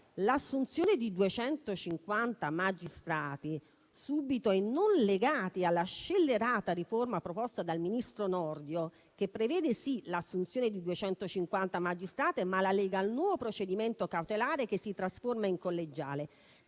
l'assunzione di 250 magistrati subito e non legati alla scellerata riforma proposta dal ministro Nordio, che prevede sì l'assunzione di 250 magistrati, ma la lega al nuovo procedimento cautelare che si trasforma in collegiale.